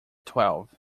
twelve